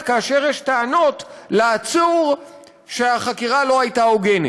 כאשר יש לעצור טענות שהחקירה לא הייתה הוגנת.